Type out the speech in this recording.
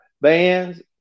bands